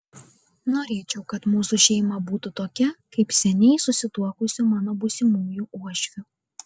norėčiau kad mūsų šeima būtų tokia kaip seniai susituokusių mano būsimųjų uošvių